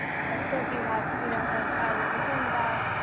okay. so if you have you know a child you're concerned about,